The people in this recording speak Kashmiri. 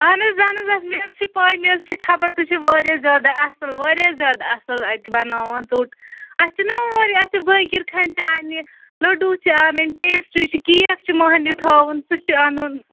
اہن حظ اہَن حظ اَس مےٚ حظ چھِ پاے مےٚ حظ چھِ خبر تُہۍ چھِ واریاہ زیادٕ اَصٕل واریاہ زیادٕ اَصٕل اَتہِ بَناوان ژوٚٹ اَسہِ چھِنا اَسہِ چھِ بٲکِر کھَنہِ تہِ اَنٕنہِ لٔڈوٗ چھِ اَنٕنۍ پٮ۪سٹری چھِ کیک چھُ مرنہِ تھاوُن سُہ چھُ اَنُن